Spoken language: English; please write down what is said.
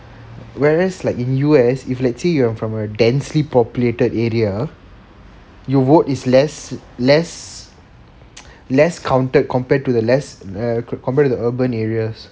whereas like in U_S if let's say you were from a densely populated area your vote is less less less counted compared to the less compared to the urban areas